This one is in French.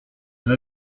une